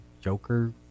Joker